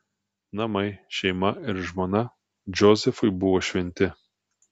namai šeima ir žmona džozefui buvo šventi